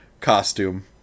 costume